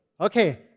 Okay